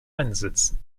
einsätzen